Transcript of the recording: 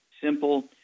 simple